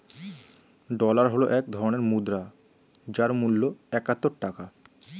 dollar হল এক ধরনের মুদ্রা যার মূল্য একাত্তর টাকা